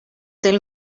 del